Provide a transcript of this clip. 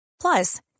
Plus